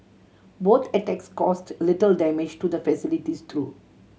both attacks caused little damage to the facilities though